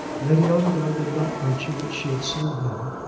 lady ongar would not mention that she had seen him.